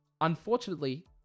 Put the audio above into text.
unfortunately